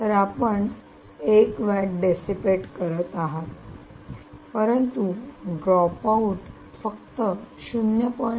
तर आपण 1 watt dissipate करत आहात परंतु ड्रॉप आउट फक्त 0